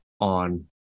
on